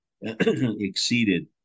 exceeded